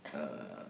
uh